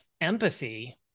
empathy